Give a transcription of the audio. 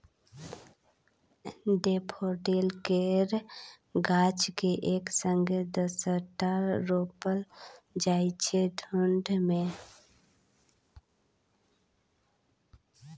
daffodil केर गाछ केँ एक संगे दसटा रोपल जाइ छै झुण्ड मे